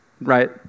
right